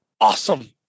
awesome